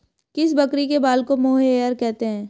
किस बकरी के बाल को मोहेयर कहते हैं?